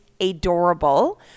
adorable